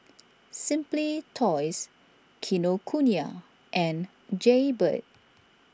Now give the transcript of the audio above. Simply Toys Kinokuniya and Jaybird